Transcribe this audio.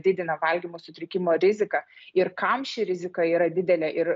didina valgymo sutrikimo riziką ir kam ši rizika yra didelė ir